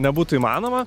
nebūtų įmanoma